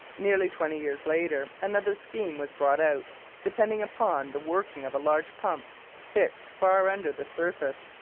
nearly twenty years later another scheme was brought out depending upon the working of a large pump fixed far under the surface,